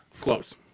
Close